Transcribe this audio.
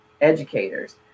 educators